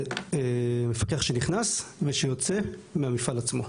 שמפקח שנכנס ושיוצא מהמפעל עצמו.